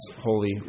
holy